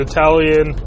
Italian